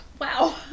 Wow